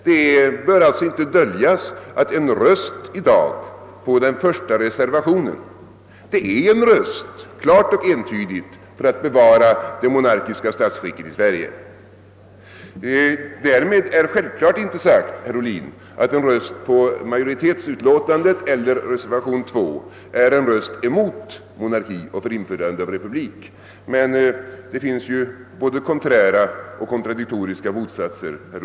Det bör sålunda inte döljas att en röst för reservation 1 i dag entydigt är en röst för ett bevarande av det monarkiska statsskicket i Sverige. Men därmed är det självklart inte sagt, herr Ohlin, att en röst på utskottets hemställan eller reservation 2 är en röst mot monarki och för införande av republik. Det finns ju både konträra och Xontradiktoriska motsatser.